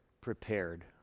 prepared